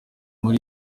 muri